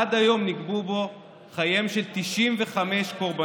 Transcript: עד היום נגבו בו חייהם של 95 קורבנות,